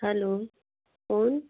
hello कौन